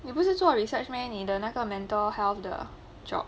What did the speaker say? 你不是做 research meh 你的那个 mental health 的 job